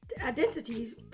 identities